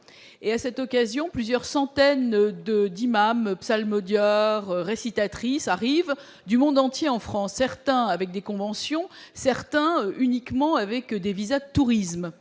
À cette occasion plusieurs centaines d'imams, psalmodieurs, récitatrices arriveront du monde entier en France, certains avec des conventions, d'autres uniquement avec des visas de tourisme.